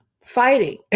fighting